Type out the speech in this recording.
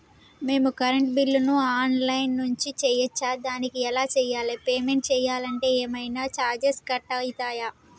మేము కరెంటు బిల్లును online నుంచి చేయచ్చా? దానికి ఎలా చేయాలి? పేమెంట్ చేయాలంటే ఏమైనా చార్జెస్ కట్ అయితయా?